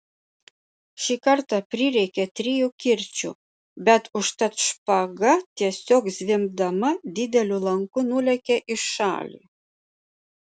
šį kartą prireikė trijų kirčių bet užtat špaga tiesiog zvimbdama dideliu lanku nulėkė į šalį